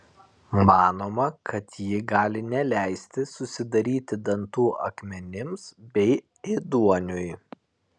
manoma kad ji gali neleisti susidaryti dantų akmenims bei ėduoniui